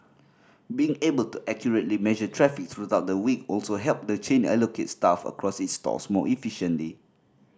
being able to accurately measure traffic throughout the week also helped the chain allocate staff across its stores more efficiently